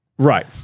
Right